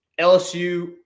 LSU